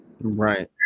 Right